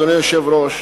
אדוני היושב-ראש,